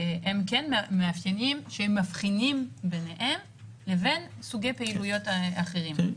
הם כן מאפיינים שמבחינים ביניהם לבין סוגי פעילויות אחרים.